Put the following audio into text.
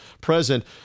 present